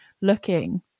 looking